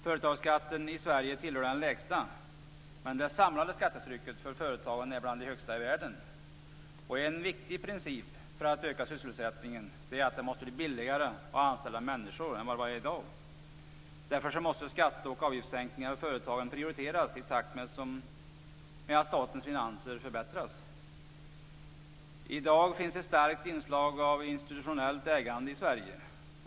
Företagsskatten i Sverige tillhör de lägsta, men det samlade skattetrycket för företagen är bland de högsta i världen. En viktig princip för att öka sysselsättningen är att det måste bli billigare att anställa människor än vad det är i dag. Därför måste skatte och avgiftssänkningar för företagen prioriteras i takt med att statens finanser förbättras. I dag finns ett starkt inslag av institutionellt ägande i Sverige.